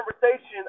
conversation